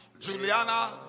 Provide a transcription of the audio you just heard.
Juliana